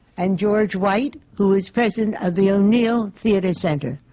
and george white, who is president of the o'neill theatre center.